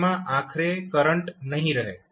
તેમાં આખરે કરંટ નહિ રહે